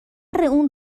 اون